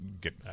get